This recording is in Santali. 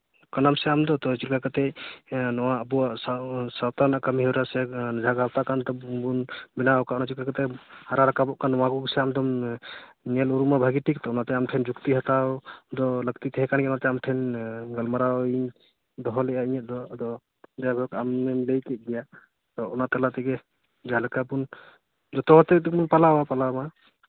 ᱠᱟᱱᱟᱢ ᱥᱮ ᱟᱢ ᱫᱚ ᱛᱚ ᱪᱮᱠᱟ ᱱᱚᱣᱟ ᱟᱵᱚᱣᱟᱜ ᱥᱟᱶᱛᱟ ᱨᱮᱱᱟᱜ ᱠᱟᱹᱢᱤᱦᱚᱨᱟ ᱥᱮ ᱡᱟᱦᱟᱸ ᱜᱟᱶᱛᱟ ᱠᱟᱱ ᱛᱟᱵᱚᱱ ᱟᱵᱚ ᱵᱚᱱ ᱵᱮᱱᱟᱣ ᱟᱠᱟᱫ ᱚᱱᱟ ᱪᱮᱫᱞᱮᱠᱟ ᱠᱟᱛᱮ ᱦᱟᱨᱟ ᱨᱟᱠᱟᱵᱚᱜ ᱚᱱᱟ ᱠᱚᱜᱮ ᱥᱮ ᱟᱢᱫᱚ ᱧᱮᱞ ᱩᱨᱩᱢᱟ ᱵᱷᱟᱹᱜᱤ ᱴᱷᱤᱠᱛᱮ ᱚᱱᱟᱛᱮ ᱟᱢ ᱴᱷᱮᱱ ᱡᱩᱠᱛᱤ ᱦᱟᱛᱟᱣ ᱫᱚ ᱞᱟᱹᱠᱛᱤ ᱛᱟᱦᱮᱸ ᱠᱟᱱ ᱜᱮᱭᱟ ᱚᱱᱟᱛᱮ ᱟᱢ ᱴᱷᱮᱱ ᱜᱟᱞᱢᱟᱨᱟᱣᱤᱧ ᱫᱚᱦᱚ ᱞᱮᱫᱼᱟ ᱤᱧᱟᱹᱜ ᱫᱚ ᱟᱫᱚ ᱡᱟᱭᱦᱳᱠ ᱟᱢᱮᱢ ᱞᱟᱹᱭ ᱠᱮᱫ ᱜᱮᱭᱟ ᱛᱚ ᱚᱱᱟ ᱛᱟᱞᱟ ᱛᱮᱜᱮ ᱡᱟᱸᱦᱮᱞᱮᱠᱟ ᱜᱮ ᱡᱷᱚᱛᱚ ᱦᱚᱲ ᱛᱮᱵᱚᱱ ᱯᱟᱞᱟᱣᱟ ᱯᱟᱞᱟᱣ ᱢᱟ